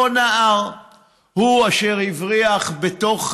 אותו נער הוא אשר הבריח בתוך